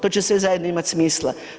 To će sve zajedno imati smisla.